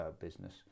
business